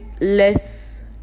less